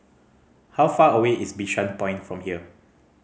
how far away is Bishan Point from here